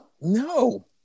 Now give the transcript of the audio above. No